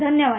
धन्यवाद